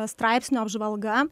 straipsnio apžvalga